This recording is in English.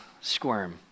squirm